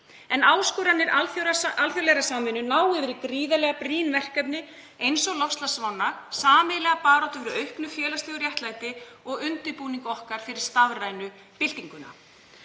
En áskoranir alþjóðlegrar samvinnu ná yfir í gríðarlega brýn verkefni eins og loftslagsvána, sameiginlega baráttu fyrir auknu félagslegu réttlæti og undirbúning okkar fyrir stafrænu byltinguna.